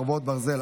חרבות ברזל),